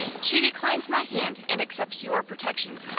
she declines my hand, and accepts your protection.